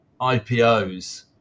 IPOs